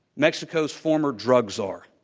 mexico's former drug czar.